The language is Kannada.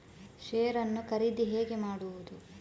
ಶೇರ್ ನ್ನು ಖರೀದಿ ಹೇಗೆ ಮಾಡುವುದು?